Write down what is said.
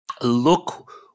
look